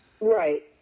Right